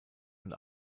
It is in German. und